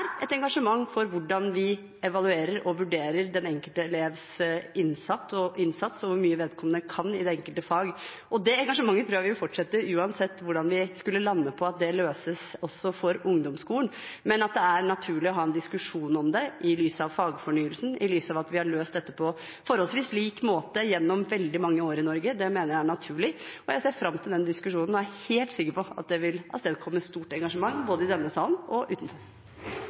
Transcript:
et engasjement for hvordan vi evaluerer og vurderer den enkelte elevs innsats og hvor mye vedkommende kan i det enkelte fag. Det engasjementet tror jeg vil fortsette uansett hvordan vi skulle lande på at det løses også for ungdomsskolen, men jeg mener det er naturlig å ha en diskusjon om det i lys av fagfornyelsen, i lys av at vi har løst dette på forholdsvis lik måte gjennom veldig mange år i Norge. Jeg ser fram til den diskusjonen og er helt sikker på at det vil avstedkomme stort engasjement, både i denne salen og utenfor.